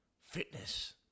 fitness